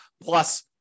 plus